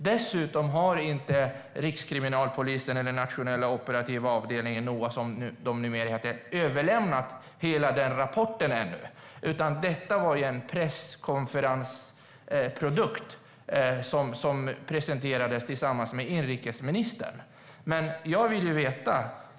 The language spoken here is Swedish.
Dessutom har Rikskriminalpolisen, Nationella operativa avdelningen och vad mer det nu heter inte överlämnat hela rapporten än, utan detta var en presskonferensprodukt som presenterades tillsammans med inrikesministern.